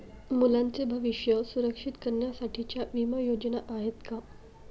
मुलांचे भविष्य सुरक्षित करण्यासाठीच्या विमा योजना आहेत का?